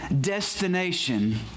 destination